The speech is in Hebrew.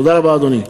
תודה רבה, אדוני.